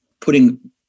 putting